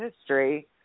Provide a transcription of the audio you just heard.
history